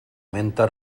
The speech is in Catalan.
menta